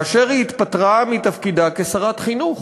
כאשר היא התפטרה מתפקידה כשרת החינוך,